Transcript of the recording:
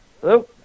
Hello